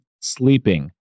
sleeping